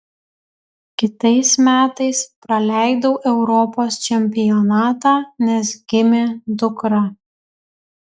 kitais metais praleidau europos čempionatą nes gimė dukra